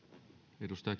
arvoisa